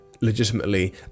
legitimately